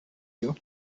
you